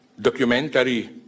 documentary